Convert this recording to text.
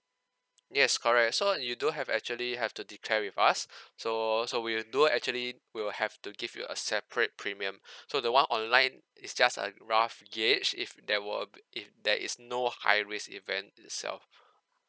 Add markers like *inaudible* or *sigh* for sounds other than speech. yes correct so you do have actually have to declare with us *breath* so so we'll do actually we'll have to give you a separate premium *breath* so the one online is just a rough gauge if there were if there is no high risk event itself